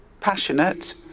passionate